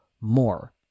more